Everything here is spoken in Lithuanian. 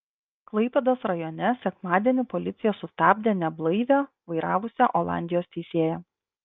klaipėdos rajone sekmadienį policija sustabdė neblaivią vairavusią olandijos teisėją